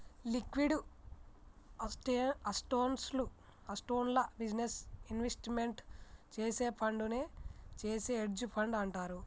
liquid అసెట్స్లో business investment చేసే ఫండునే చేసే హెడ్జ్ ఫండ్ అంటారు